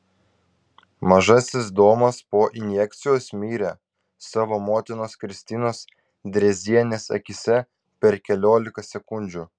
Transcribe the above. mažasis domas po injekcijos mirė savo motinos kristinos drėzienės akyse per keliolika sekundžių